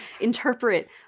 interpret